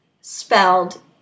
spelled